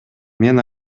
мен